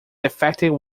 defect